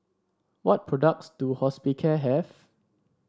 what products do Hospicare have